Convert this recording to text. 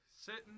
sitting